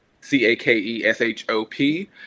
C-A-K-E-S-H-O-P